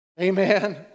Amen